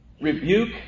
rebuke